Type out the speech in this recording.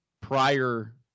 prior